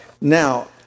Now